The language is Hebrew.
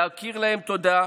להכיר להם תודה,